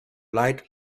light